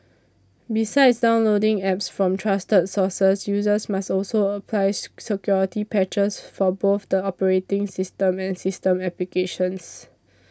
besides downloading Apps from trusted sources users must also apply security patches for both the operating system and system applications